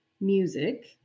music